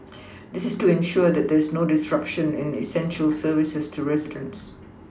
this is to ensure that there is no disruption in essential services to residents